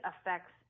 affects